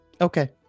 Okay